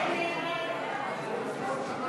הצעת סיעת הרשימה המשותפת להביע אי-אמון בממשלה לא נתקבלה.